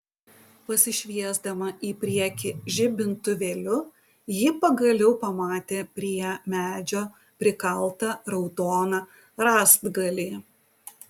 pasišviesdama į priekį žibintuvėliu ji pagaliau pamatė prie medžio prikaltą raudoną rąstgalį